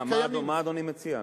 מה אדוני מציע?